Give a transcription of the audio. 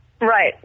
right